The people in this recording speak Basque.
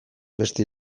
beste